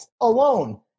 alone